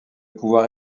pouvoir